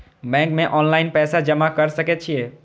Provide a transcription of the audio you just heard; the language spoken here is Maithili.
बैंक में ऑनलाईन पैसा जमा कर सके छीये?